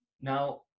Now